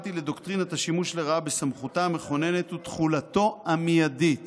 שרלוונטי לדוקטרינת השימוש לרעה בסמכותה המכוננת הוא תחולתו המיידית